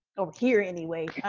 over here anyway,